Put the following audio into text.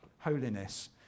Holiness